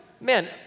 man